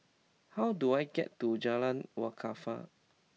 how do I get to Jalan Wakaff